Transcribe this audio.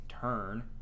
turn